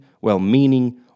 well-meaning